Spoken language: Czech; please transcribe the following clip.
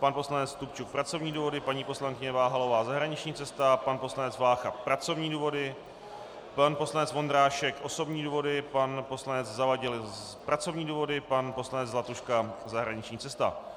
pan poslanec Stupčuk pracovní důvody, paní poslankyně Váhalová zahraniční cesta, pan poslanec Vácha pracovní důvody, pan poslanec Vondrášek osobní důvody, pan poslanec Zavadil pracovní důvody, pan poslanec Zlatuška zahraniční cesta.